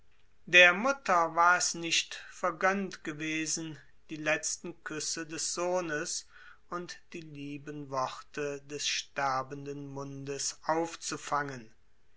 der mutter war es nicht vergönnt gewesen die letzten küsse des sohnes und die lieben worte des sterbenden mundes aufzufangen